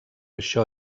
això